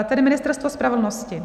Tedy Ministerstvo spravedlnosti.